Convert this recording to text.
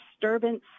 disturbance